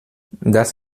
das